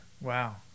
Wow